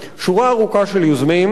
שורה ארוכה של יוזמים.